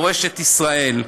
"מורשת ישראל".